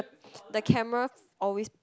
the camera always